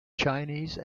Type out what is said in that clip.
chinese